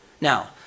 Now